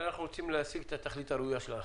הרי אנחנו רוצים להשיג את התכלית הראויה של החוק.